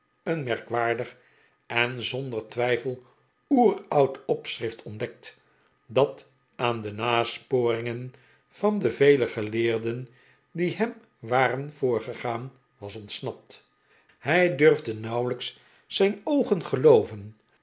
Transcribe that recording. een merkwaardig en zonder twijfel overoud opschrift ontdekt dat aan de nasporingen van de vele geleerden die hem waren voorgegaan was ontsnapt hij durfde nauwelijks zijn oogen gelooven